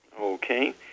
Okay